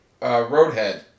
roadhead